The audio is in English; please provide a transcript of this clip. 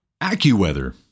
AccuWeather